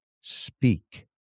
speak